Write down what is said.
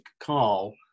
Carl